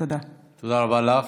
תודה רבה לך.